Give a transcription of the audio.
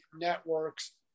networks